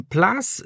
Plus